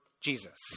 Jesus